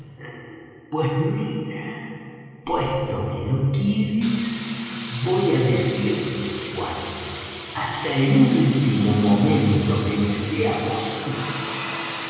pues mira puesto que lo quieres voy á decirte cuando hasta el último momento que me sea posible